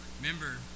Remember